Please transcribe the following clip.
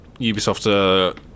Ubisoft